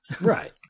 Right